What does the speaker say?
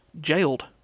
jailed